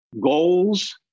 goals